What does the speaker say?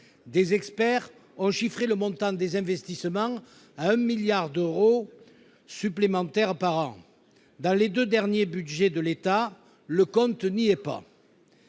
Des experts ont chiffré le montant des investissements à 1 milliard d'euros supplémentaires par an. Dans les deux derniers budgets de l'État, le compte n'y est pas.